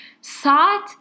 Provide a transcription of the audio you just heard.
Saat